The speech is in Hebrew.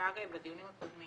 ניכר בדיונים הקודמים